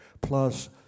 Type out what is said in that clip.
Plus